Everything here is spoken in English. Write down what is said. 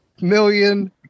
million